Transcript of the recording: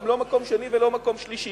גם לא במקום השני וגם לא במקום השלישי.